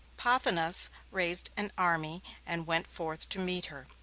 pothinus raised an army and went forth to meet her.